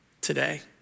today